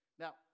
Now